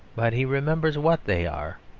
but he remembers what they are.